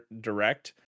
direct